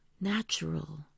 natural